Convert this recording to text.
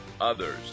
others